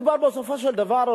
בסופו של דבר,